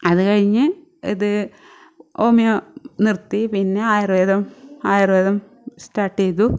അതു കഴിഞ്ഞ് ഇത് ഹോമിയോ നിർത്തി പിന്നെ ആയുർവേദം ആയുർവേദം സ്റ്റാർട്ട് ചെയ്തു